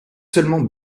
seulement